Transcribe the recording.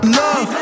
love